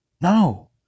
No